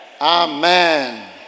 Amen